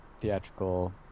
theatrical